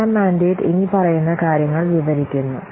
programme mandate ഇനിപ്പറയുന്ന കാര്യങ്ങൾ വിവരിക്കുന്നു